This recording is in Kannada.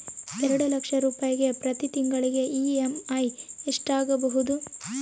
ಎರಡು ಲಕ್ಷ ರೂಪಾಯಿಗೆ ಪ್ರತಿ ತಿಂಗಳಿಗೆ ಇ.ಎಮ್.ಐ ಎಷ್ಟಾಗಬಹುದು?